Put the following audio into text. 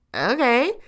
okay